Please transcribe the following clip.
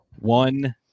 One